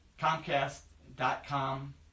comcast.com